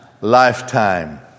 lifetime